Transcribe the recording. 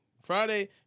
Friday